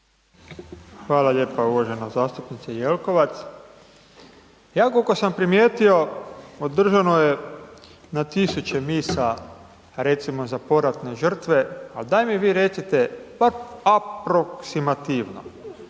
Hvala lijepa uvažena zastupnice Jelkovac. Ja kolko sam primijetio održano je na tisuće misa, recimo za poratne žrtve, al daj mi vi recite, aproksimativno,